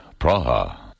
Praha